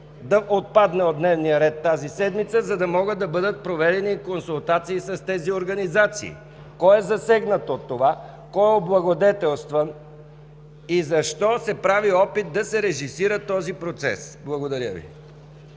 да отпадне от програмата за тази седмица, за да могат да бъдат проведени консултации с тези организации – кой е засегнат от това, кой е облагодетелстван и защо се прави опит да се режисира този процес. Благодаря Ви.